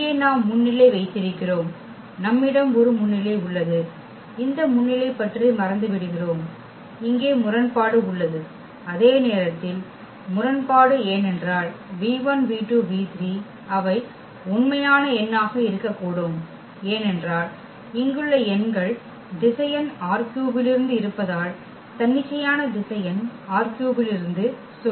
இங்கே நாம் முன்னிலை வைத்திருக்கிறோம் நம்மிடம் ஒரு முன்னிலை உள்ளது இந்த முன்னிலை பற்றி மறந்துவிடுகிறோம் இங்கே முரண்பாடு உள்ளது அதே நேரத்தில் முரண்பாடு ஏனென்றால் அவை உண்மையான எண்ணாக இருக்கக்கூடும் ஏனென்றால் இங்குள்ள எண்கள் திசையன் ℝ3 இலிருந்து இருப்பதால் தன்னிச்சையான திசையன் ℝ3 இலிருந்து சொல்லுங்கள்